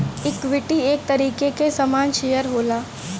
equity एक तरीके के सामान शेअर होला